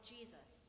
Jesus